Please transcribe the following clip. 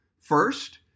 First